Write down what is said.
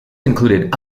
included